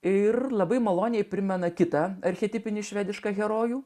ir labai maloniai primena kitą archetipinį švedišką herojų